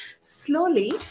Slowly